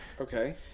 Okay